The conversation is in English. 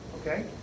Okay